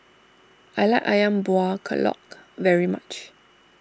I like Ayam Buah Keluak very much